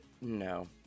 No